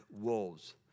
wolves